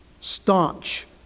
staunch